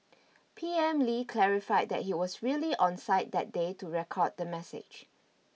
P M Lee clarified that he was really on site that day to record the message